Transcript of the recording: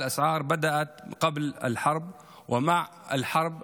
העלאת המחירים החלה לפני המלחמה ובמהלך המלחמה.